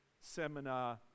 seminar